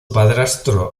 padrastro